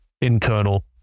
internal